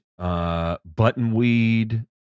buttonweed